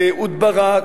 לאהוד ברק,